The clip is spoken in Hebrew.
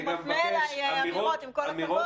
אני גם מבקש, אמירות של